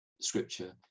scripture